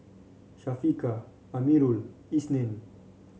Syafiqah Amirul Isnin